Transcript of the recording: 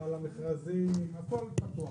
על המכרזים, הכול פתוח.